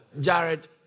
Jared